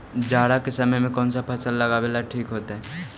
जाड़ा के समय कौन फसल लगावेला ठिक होतइ?